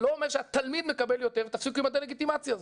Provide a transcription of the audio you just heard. לא אומר שהתלמיד מקבל יותר ותפסיקו עם הדה-לגיטימציה הזאת.